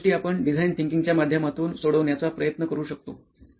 तर अश्या गोष्टी आपण डिझाईन थिंकिंगच्या माध्यमातून सोडवण्याचा प्रयत्न करू शकतो